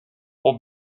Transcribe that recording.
for